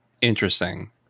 Interesting